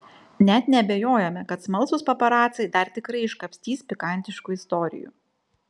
net neabejojame kad smalsūs paparaciai dar tikrai iškapstys pikantiškų istorijų